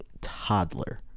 toddler